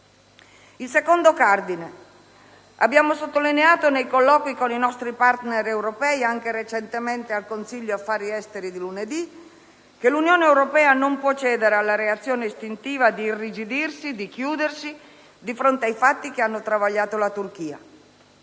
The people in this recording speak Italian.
al secondo cardine: abbiamo sottolineato nei colloqui con i nostri *partner* europei, anche recentemente nel Consiglio affari esteri di lunedì, che l'Unione europea non può cedere alla reazione istintiva di irrigidirsi, di chiudersi di fronte ai fatti che hanno travagliato la Turchia.